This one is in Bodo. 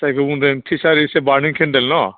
जायखौ बुंदों टिचार इस ए बार्निं केनदेल न'